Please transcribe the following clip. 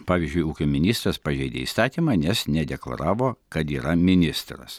pavyzdžiui ūkio ministras pažeidė įstatymą nes nedeklaravo kad yra ministras